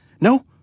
No